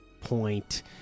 point